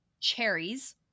cherries